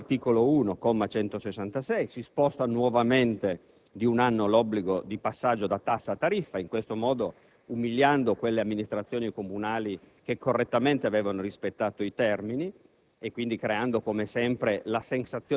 con l'articolo 1, comma 166, si sposta nuovamente di un anno l'obbligo di passaggio da tassa a tariffa, in questo modo umiliando quelle amministrazioni comunali che correttamente avevano rispettato i termini